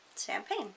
Champagne